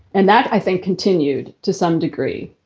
and that, i think, continued to some degree.